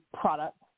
product